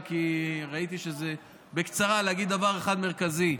ולהגיד בקצרה דבר אחד מרכזי.